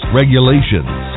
regulations